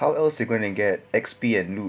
how else you gonna get X_P and loot